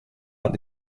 und